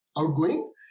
outgoing